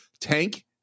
tank